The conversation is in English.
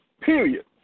period